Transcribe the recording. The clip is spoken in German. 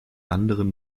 anderen